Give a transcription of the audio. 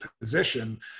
position